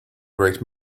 great